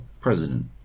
president